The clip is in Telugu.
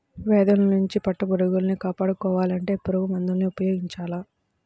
వ్యాధుల్నించి పట్టుపురుగుల్ని కాపాడుకోవాలంటే పురుగుమందుల్ని ఉపయోగించాల